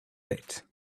bit